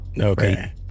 Okay